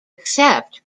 except